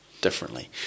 differently